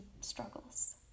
struggles